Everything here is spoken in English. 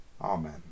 Amen